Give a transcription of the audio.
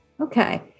Okay